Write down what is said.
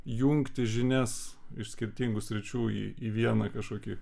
jungti žinias iš skirtingų sričių į į vieną kažkokį